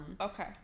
okay